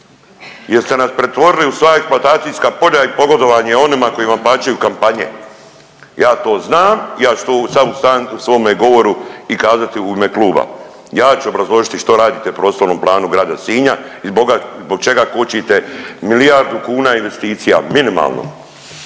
ste nas pretvorili u svoja eksploatacija polja i pogodovanje onima koji vam plaćaju kampanje. Ja to znam, ja ću to …/Govornik se ne razumije/…u svome govoru i kazati u ime kluba, ja ću obrazložiti što radite u prostornom planu grada Sinja i zbog čega kočite milijardu kuna investicija minimalno.